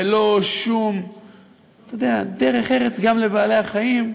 בלא שום דרך ארץ גם לבעלי-החיים,